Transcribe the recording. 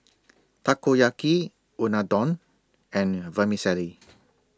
Takoyaki Unadon and Vermicelli